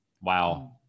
wow